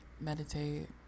meditate